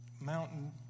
mountain